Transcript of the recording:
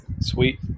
Sweet